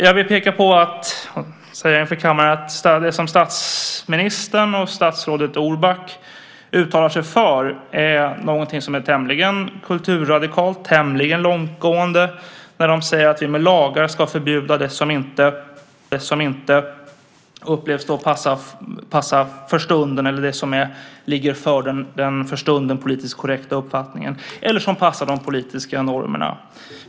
Jag vill säga inför kammaren att det som statsministern och statsrådet Orback uttalar sig för är någonting som är tämligen kulturradikalt, tämligen långtgående. De säger att vi med lagar ska förbjuda det som inte upplevs passa för stunden eller som inte ligger i linje med den för stunden politiskt korrekta uppfattningen eller passar de politiska normerna.